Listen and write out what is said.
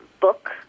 book